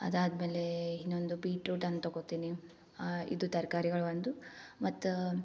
ಅದಾದ್ಮೇಲೆ ಇನ್ನೊಂದು ಬೀಟ್ರೋಟನ್ನು ತಗೋತಿನಿ ಇದು ತರಕಾರಿಗಳು ಒಂದು ಮತ್ತು